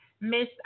miss